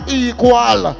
equal